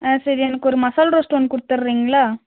ஆ சரி எனக்கு ஒரு மசாலா ரோஸ்ட் ஒன்று கொடுத்தர்றீங்களா